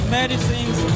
medicines